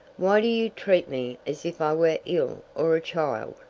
why do you treat me as if i were ill or a child?